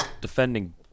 defending